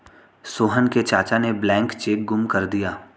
सोहन के चाचा ने ब्लैंक चेक गुम कर दिया